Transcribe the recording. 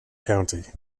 county